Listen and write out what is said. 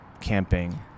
camping